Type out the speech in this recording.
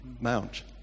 Mount